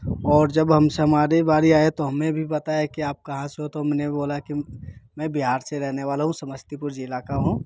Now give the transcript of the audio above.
और जब हमसे हमारी बारी आई तो हमें भी बताया कि आप कहाँ से हो तो हमने बोला कि मैं बिहार रहने वाला हूँ समस्तीपुर ज़िला का हूँ